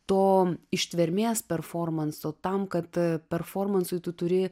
to ištvermės performanso tam kad performansui tu turi